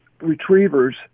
retrievers